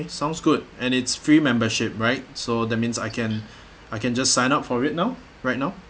sounds good and it's free membership right so that means I can I can just sign up for it now right now